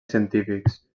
científics